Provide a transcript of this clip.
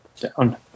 down